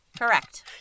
Correct